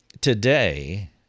Today